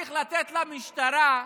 צריך לתת למשטרה,